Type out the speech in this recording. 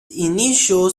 initial